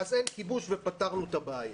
אז אין כיבוש ופתרנו את הבעיה.